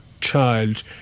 child